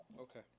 Okay